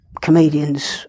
comedians